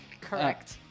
Correct